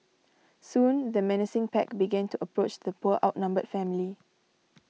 soon the menacing pack began to approach the poor outnumbered family